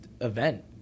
event